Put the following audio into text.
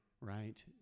Right